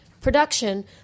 production